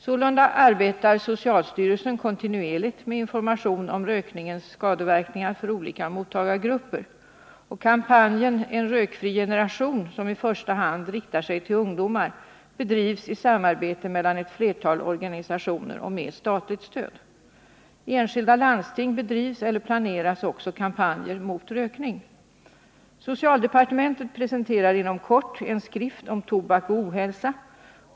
Sålunda utarbetar socialstyrelsen kontinuerligt information om rökningens skadeverkningar för olika mottagargrupper. Kampanjen En rökfri generation, som i första hand riktar sig till ungdomar, bedrivs i samarbete mellan ett flertal organisationer och med statligt stöd. I enskilda landsting bedrivs eller planeras också kampanjer mot rökning. Socialdepartementet presenterar inom kort en skrift om tobak och ohälsa.